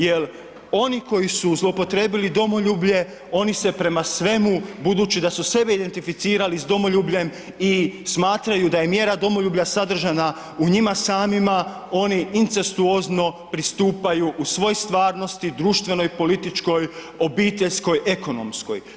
Jer oni koji su zloupotrijebili domoljublje oni se prema svemu, budući da su sebe identificirali s domoljubljem i smatraju da je mjera domoljublja sadržana u njima samima, oni incestuozno pristupaju u svoj stvarnosti, društvenoj, političkoj, obiteljskoj, ekonomskoj.